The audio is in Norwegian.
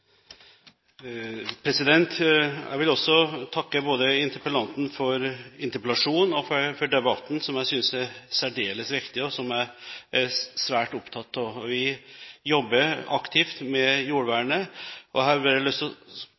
takke for debatten, som jeg synes er særdeles viktig, og som jeg er svært opptatt av. Vi jobber aktivt med jordvernet. Jeg har bare lyst til å